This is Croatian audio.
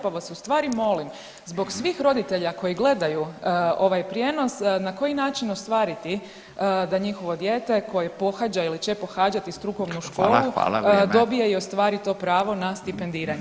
Pa vas u stvari molim zbog svih roditelja koji gledaju ovaj prijenos na koji način ostvariti da njihovo dijete koje pohađa ili će pohađati strukovnu školu dobija i ostvari to pravo na stipendiranje?